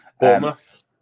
Bournemouth